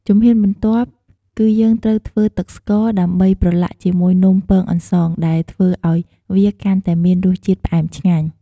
ជំហានបន្ទាប់ គឺយើងត្រូវធ្វើទឹកស្ករដើម្បីប្រឡាក់ជាមួយនំពងអន្សង ដែលធ្វើឱ្យវាកាន់តែមានរសជាតិផ្អែមឆ្ងាញ់។